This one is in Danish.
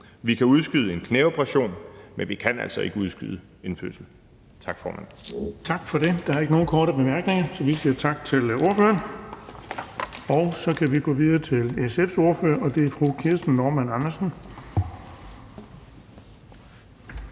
formand. Kl. 10:51 Den fg. formand (Erling Bonnesen): Tak for det. Der er ikke nogen korte bemærkninger, så vi siger tak til ordføreren. Og så kan vi gå videre til SF's ordfører, fru Kirsten Normann Andersen.